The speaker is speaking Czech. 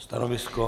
Stanovisko?